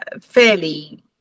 fairly